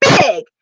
Big